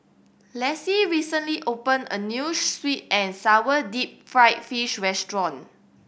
Lessie recently opened a new sweet and sour deep fried fish restaurant